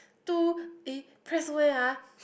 two eh press where ah